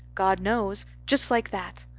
god knows' just like that.